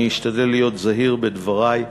ואני אשתדל להיות זהיר בדברי.